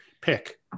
Pick